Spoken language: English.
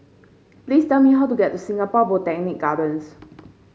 please tell me how to get to Singapore Botanic Gardens